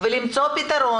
הוא אמור לתת את הפתרון.